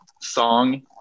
song